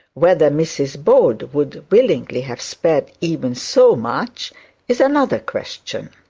whether mrs bold would willingly have spared even so much is another question.